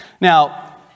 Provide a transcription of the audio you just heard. Now